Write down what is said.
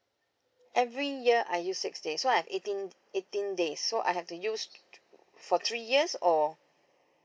every year I use six days so I eighteen eighteen days so I have to use for three years or